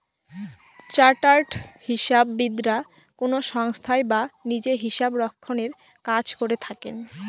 chartered হিসাববিদরা কোনো সংস্থায় বা নিজে হিসাবরক্ষনের কাজ করে থাকেন